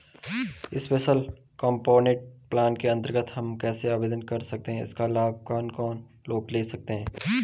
Special component plan के अन्तर्गत हम कैसे आवेदन कर सकते हैं इसका लाभ कौन कौन लोग ले सकते हैं?